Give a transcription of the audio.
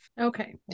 Okay